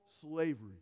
slavery